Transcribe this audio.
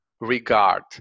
Regard